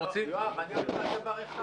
יואב, אני אמרתי לך רק דבר אחד.